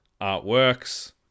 artworks